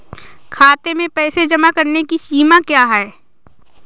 खाते में पैसे जमा करने की सीमा क्या है?